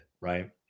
Right